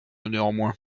néanmoins